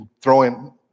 throwing